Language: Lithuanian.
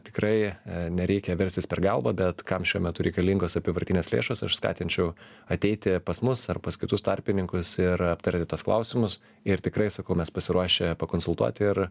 tikrai nereikia verstis per galvą bet kam šiuo metu reikalingos apyvartinės lėšos aš skatinčiau ateiti pas mus ar pas kitus tarpininkus ir aptarti tuos klausimus ir tikrai sakau mes pasiruošę pakonsultuot ir